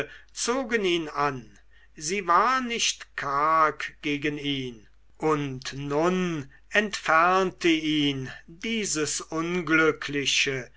zogen ihn an sie war nicht karg gegen ihn und nun entfernte ihn dieses unglückliche